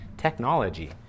technology